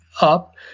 up